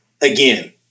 again